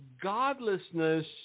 godlessness